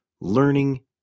learning